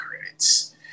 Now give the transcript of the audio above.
credits